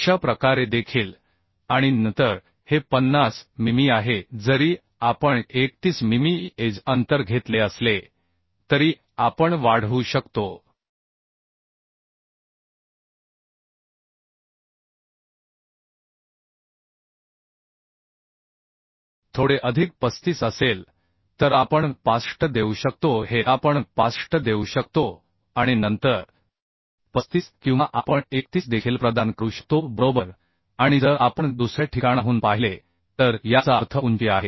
अशा प्रकारे देखील आणि नंतर हे 50 मिमी आहे जरी आपण 31 मिमी एज अंतर घेतले असले तरी आपण वाढवू शकतो थोडे अधिक 35 असेल तर आपण 65 देऊ शकतो हे आपण 65 देऊ शकतो आणि नंतर 35 किंवा आपण 31 देखील प्रदान करू शकतो बरोबर आणि जर आपण दुसऱ्या ठिकाणाहून पाहिले तर याचा अर्थ उंची आहे